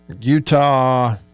Utah